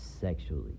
sexually